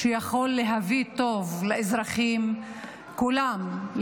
שיכולה להביא טוב לאזרחים כולם,